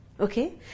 Okay